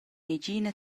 negina